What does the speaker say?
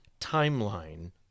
timeline